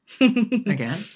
Again